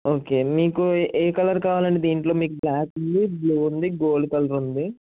okay మీకు ఏ colour కావాలండి దీంట్లో మీకు బ్ల్యాక్ ఉంది బ్లూ ఉంది గోల్డ్ కలర్ ఉంది